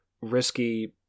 risky